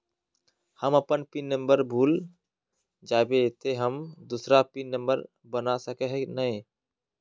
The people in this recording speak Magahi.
हम अपन पिन नंबर भूल जयबे ते हम दूसरा पिन नंबर बना सके है नय?